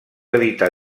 editar